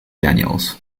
daniels